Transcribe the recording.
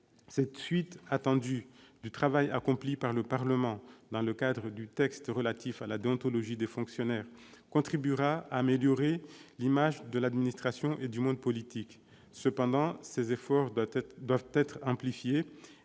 Cette suite attendue du travail accompli par le Parlement dans le cadre du texte relatif à la déontologie des fonctionnaires contribuera à améliorer l'image de l'administration et du monde politique. Cependant, ces efforts doivent être amplifiés,